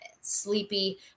sleepy